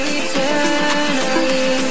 eternally